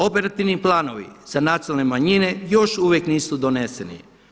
Operativni planovi za nacionalne manjine još uvijek nisu doneseni.